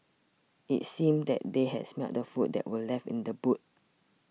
it seemed that they had smelt the food that were left in the boot